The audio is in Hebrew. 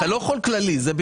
אתה לא יכול באופן כללי.